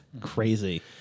crazy